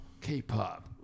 K-pop